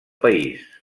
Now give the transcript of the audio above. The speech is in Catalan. país